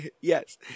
Yes